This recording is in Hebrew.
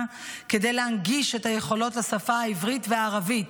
כדי להנגיש את יכולות השפה העברית והערבית,